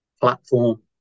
platform